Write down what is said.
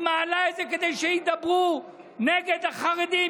היא מעלה את זה כדי שידברו נגד החרדים,